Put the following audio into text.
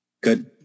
Good